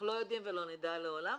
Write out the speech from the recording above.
אנחנו לא יודעים ולא נדע לעולם,